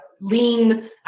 lean